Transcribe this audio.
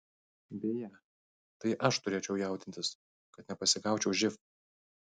beje tai aš turėčiau jaudintis kad nepasigaučiau živ